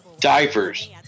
diapers